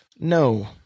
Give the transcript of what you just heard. No